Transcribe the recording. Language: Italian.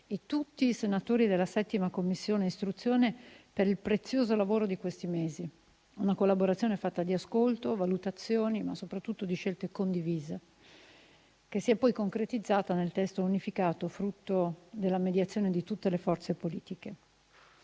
tutti i senatori della 7a Commissione istruzione per il prezioso lavoro di questi mesi; una collaborazione fatta di ascolto, valutazioni, ma soprattutto di scelte condivise, che si è poi concretizzata nel testo unificato, frutto della mediazione di tutte le forze politiche.